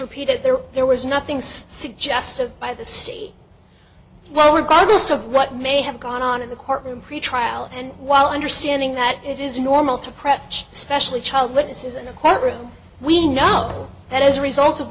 repeated there there was nothing suggested by the state or were goddess of what may have gone on in the courtroom pretrial and while understanding that it is normal to prep especially child witnesses in the courtroom we know that as a result of